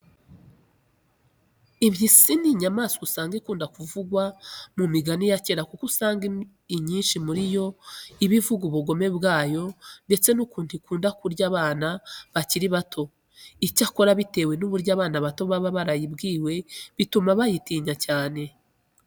Impyisi ni inyamaswa usanga ikunda kuvugwa mu migani ya kera kuko usanga imyinshi muri yo iba ivuga ubugome bwayo ndetse n'ukuntu ikunda kurya abana bakiri bato. Icyakora bitewe n'uburyo abana bato baba barayibwiwe, bituma bayitinya cyane.